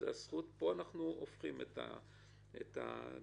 פה אנחנו הופכים את הדברים.